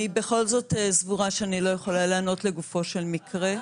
אני בכל זאת סבורה שאני לא יכולה לענות לגופו של מקרה.